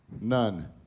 None